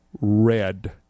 red